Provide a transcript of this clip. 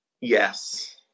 Yes